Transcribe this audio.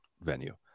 venue